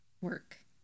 work